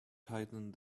tightened